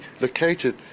located